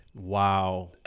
Wow